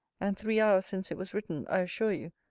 and three hours since it was written, i assure you,